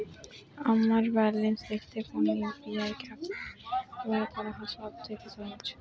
আমার ব্যালান্স দেখতে কোন ইউ.পি.আই অ্যাপটি ব্যবহার করা সব থেকে সহজ?